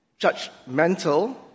judgmental